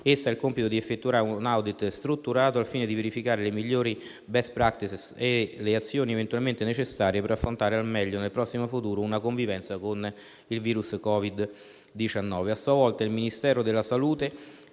Essa ha il compito di effettuare un *audit* strutturato, al fine di verificare le migliori *best practice* e le azioni eventualmente necessarie per affrontare al meglio nel prossimo futuro una convivenza con il virus Covid-19.